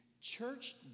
church